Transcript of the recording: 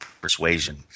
persuasion